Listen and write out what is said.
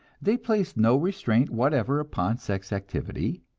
they placed no restraint whatever upon sex activity,